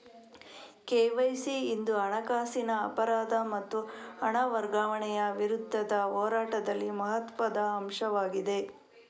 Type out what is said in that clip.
KYC ಇಂದು ಹಣಕಾಸಿನ ಅಪರಾಧ ಮತ್ತು ಹಣ ವರ್ಗಾವಣೆಯ ವಿರುದ್ಧದ ಹೋರಾಟದಲ್ಲಿ ಮಹತ್ವದ ಅಂಶವಾಗಿದೆ